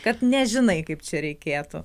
kad nežinai kaip čia reikėtų